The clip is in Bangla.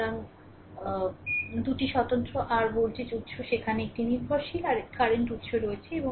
সুতরাং 2 স্বতন্ত্র আর ভোল্টেজ উত্স সেখানে একটি নির্ভরশীল আর কারেন্ট উত্স আছে